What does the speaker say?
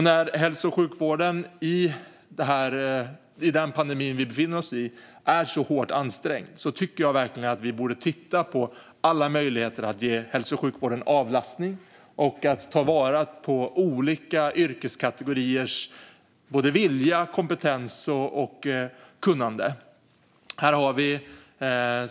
När nu hälso och sjukvården är så hårt ansträngd på grund av pandemin borde vi verkligen titta på alla möjligheter att ge hälso och sjukvården avlastning och ta vara på olika yrkeskategoriers vilja, kompetens och kunnande.